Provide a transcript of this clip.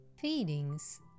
Feelings